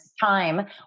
time